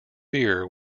beer